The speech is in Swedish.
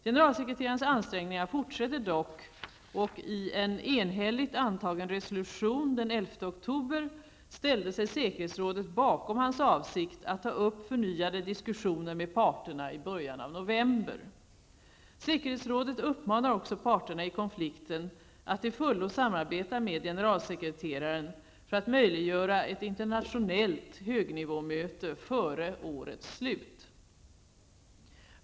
Generalsekreterarens ansträngningar fortsätter dock, och i en enhälligt antagen resolution den 11 oktober ställde sig säkerhetsrådet bakom hans avsikt att ta upp förnyade diskussioner med parterna i början av november. Säkerhetsrådet uppmanar också parterna i konflikten att till fullo samarbeta med generalsekreteraren för att möjliggöra ett internationellt högnivåmöte före årets slut.